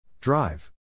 drive